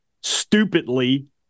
stupidly